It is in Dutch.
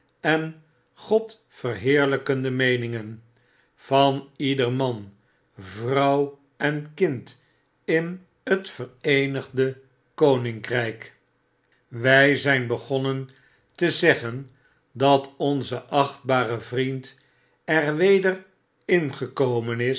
en godverheerlijkende meeningen van ieder man vrouw en kind in het vereenigde koninkrijk wij zgn begonnen te zeggen dat onze achtbare vriend er weder ingekomen